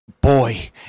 boy